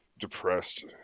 depressed